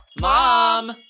Mom